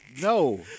No